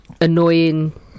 annoying